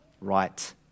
right